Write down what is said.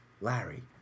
Larry